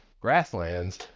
grasslands